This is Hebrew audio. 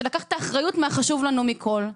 של לקחת את האחריות מהחשוב לנו מכול.